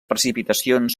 precipitacions